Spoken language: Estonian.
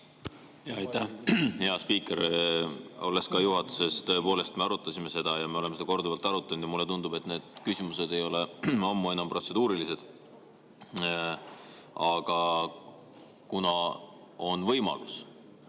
Aitäh, hea spiiker! Olles juhatuse liige, tõepoolest, me arutasime seda ja oleme seda korduvalt arutanud. Mulle tundub, et need küsimused ei ole ammu enam protseduurilised. Aga kuna on võimalus,